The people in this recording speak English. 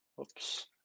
oops